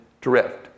drift